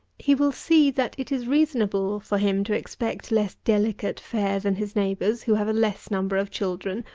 he will see that it is reasonable for him to expect less delicate fare than his neighbours, who have a less number of children,